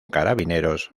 carabineros